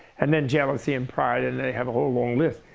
and then jealousy and pride, and they have a whole long list.